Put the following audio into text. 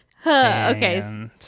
Okay